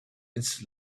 its